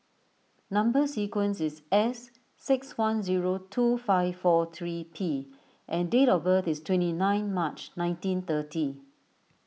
Number Sequence is S six one zero two five four three P and date of birth is twenty nine March nineteen thirty